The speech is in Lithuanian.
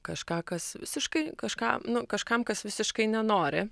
kažką kas visiškai kažką nu kažkam kas visiškai nenori